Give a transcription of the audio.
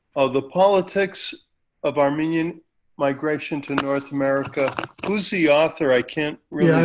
of the politics of armenian migration to north america, who's the author. i can't read. yeah